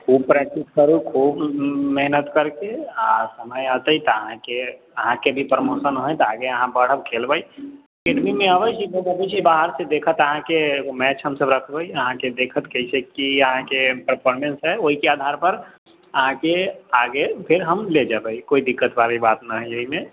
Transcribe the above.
ओ practice पर खूब मेहनत कर के आ समय औतय तऽ अहाँके अहाँके भी प्रोमोशन होयत आगे अहाँ बढब खेलबै एकेडमी मे अबै छै लोग बाहर से देखत अहाँके एगो मैच हमसब रखबै अहाँ के देखत कैसे की अहाँके परफोर्मेंस हय ओहिके आधार पर अहाँके आगे फेर हम लए जेबै कोइ दिक्कत वाली बात न हय एहिमे